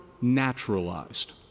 naturalized